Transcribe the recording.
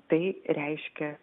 tai reiškia